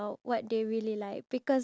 ya